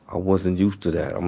i wasn't used to that. um